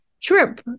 trip